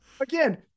Again